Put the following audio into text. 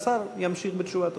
והשר ימשיך בתשובתו.